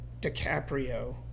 DiCaprio